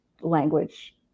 language